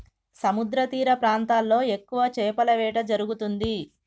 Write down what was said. సముద్రతీర ప్రాంతాల్లో ఎక్కువ చేపల వేట జరుగుతుంది